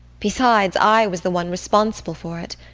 besides, i was the one responsible for it.